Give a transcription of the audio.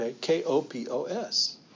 K-O-P-O-S